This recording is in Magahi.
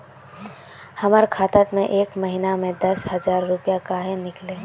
हमर खाता में एक महीना में दसे हजार रुपया काहे निकले है?